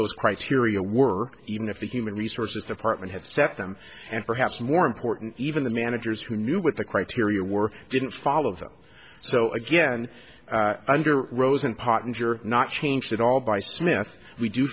those criteria were even if the human resources department had set them and perhaps more important even the managers who knew what the criteria were didn't follow them so again under rosen pot and you're not changed at all by smith we do